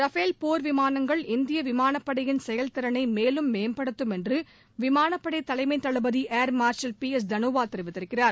Rafale போர் விமானங்கள் இந்திய விமானப்படையின் செயல் திறனை மேலும் மேம்படுத்தும் என்று விமானப்படை தலைமைத் தளபதி ஏர்மார்ஷல் பி எஸ் தனோவா தெரிவித்திருக்கிறார்